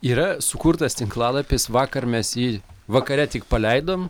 yra sukurtas tinklalapis vakar mes jį vakare tik paleidom